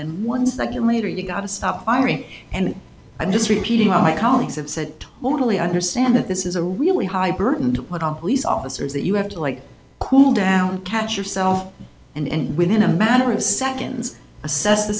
then one second later you've got to stop firing and i'm just repeating my colleagues have said totally understand that this is a really high burden to put on police officers that you have to like cool down catch yourself and within a matter of seconds assess the